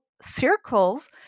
circles